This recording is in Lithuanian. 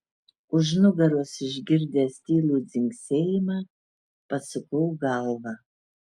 už nugaros išgirdęs tylų dzingsėjimą pasukau galvą